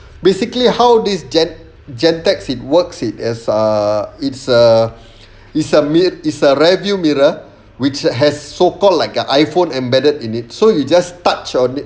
basically how these jen jentech it works it is err it's a it's a mirror is a rare view mirror which has so called like a iphone embedded in it so you just touch on it